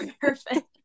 perfect